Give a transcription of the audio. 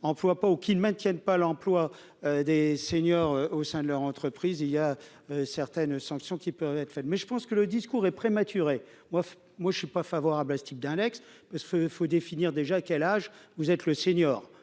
ou qu'ils maintiennent pas l'emploi des seniors au sein de leur entreprise, il y a certaines sanctions qui peut être fait, mais je pense que le discours est prématurée, moi, moi je ne suis pas favorable à ce type d'un ex-parce que il faut définir déjà quel âge vous êtes le senior,